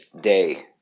day